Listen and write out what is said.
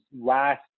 last